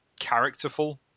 characterful